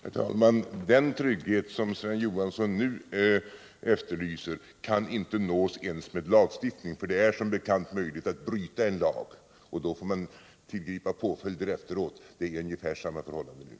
Herr talman! Den trygghet som Sven Johansson nu efterlyser kan inte nås ens med lagstiftning, för som bekant är det möjligt att bryta en lag. Och då får man tillgripa påföljder efteråt. Det är ungefär samma förhållande här.